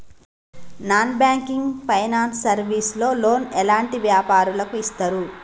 Non banking finance service లో loan ఎలాంటి వ్యాపారులకు ఇస్తరు?